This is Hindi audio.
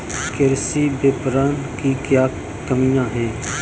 कृषि विपणन की क्या कमियाँ हैं?